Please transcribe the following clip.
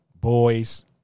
boys